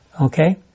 Okay